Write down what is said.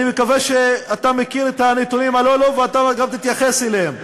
אני מקווה שאתה מכיר את הנתונים הללו ואתה גם תתייחס אליהם.